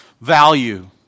value